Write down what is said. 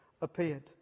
appeared